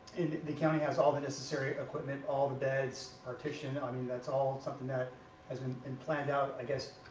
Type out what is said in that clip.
the county has all the necessary equipment? all the beds, partitions, i mean that's all something that has been and planned out, i guess,